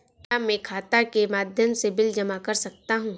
क्या मैं खाता के माध्यम से बिल जमा कर सकता हूँ?